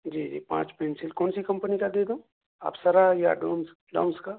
جی جی پانچ پینسل کون سی کمپنی کا دے دوں اپسرا یا ڈومس ڈومس کا